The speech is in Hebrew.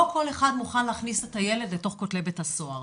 לא כל אחד מוכן להכניס את הילד לתוך כותלי בית הסוהר,